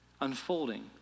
unfolding